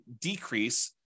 decrease